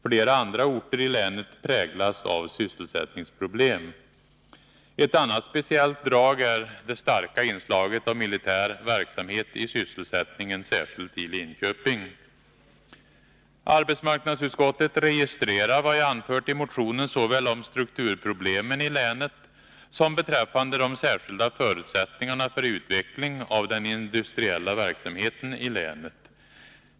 Flera andra orter i länet präglas av sysselsättningsproblem. Ett annat speciellt drag är det starka inslaget av militär verksamhet i sysselsättningen, särskilt i Linköping. Arbetsmarknadsutskottet registrerar vad jag anfört i motionen såväl om strukturproblemen i länet som beträffande de särskilda förutsättningarna för utveckling av den industriella verksamheten i länet.